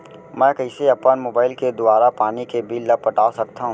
मैं कइसे अपन मोबाइल के दुवारा पानी के बिल ल पटा सकथव?